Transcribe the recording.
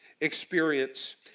experience